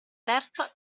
terza